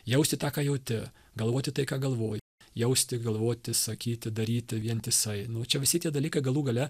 jausti tą ką jauti galvoti tai ką galvoti jausti galvoti sakyti daryti vientisai nu čia visi tie dalykai galų gale